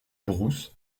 brousse